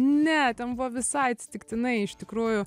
ne ten buvo visai atsitiktinai iš tikrųjų